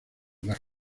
las